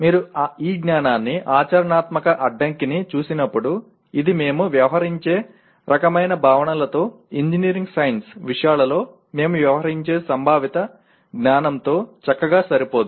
మీరు ఈ జ్ఞానాన్ని ఆచరణాత్మక అడ్డంకిని చూసినప్పుడు ఇది మేము వ్యవహరించే రకమైన భావనలతో ఇంజనీరింగ్ సైన్స్ విషయాలలో మేము వ్యవహరించే సంభావిత జ్ఞానంతో చక్కగా సరిపోదు